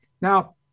Now